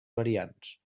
variants